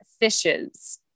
Fishes